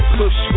push